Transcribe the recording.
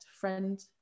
friend